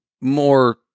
more